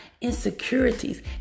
insecurities